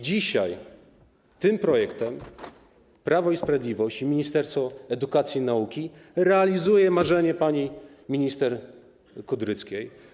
Dzisiaj tym projektem Prawo i Sprawiedliwość i Ministerstwo Edukacji i Nauki realizuje marzenie pani minister Kudryckiej.